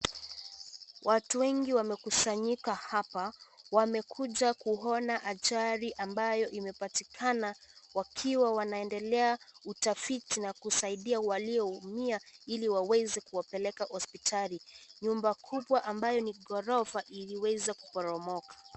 Watu wengi wamekusanyika hapa, wamekuja kuona ajali ambayo imepatikana wakiwa wanaendelea utafiti na kusaidia walioumia, ili waweza kuwapeleka hospitali. Nyumba kubwa ambayo ni ghorofa iliweza kuporomoka.